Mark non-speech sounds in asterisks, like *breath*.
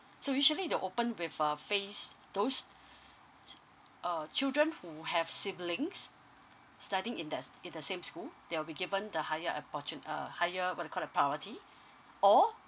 so usually they open with a phase those *breath* uh children who have siblings studying in that in the same school they will be given the higher opportu~ uh higher what it called the priority or